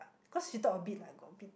but cause you talk a bit like got a bit